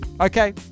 Okay